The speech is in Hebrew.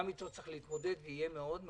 גם אתו צריך להתמודד ויהיה מאוד קשה.